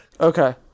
Okay